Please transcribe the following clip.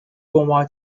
光滑